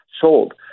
sold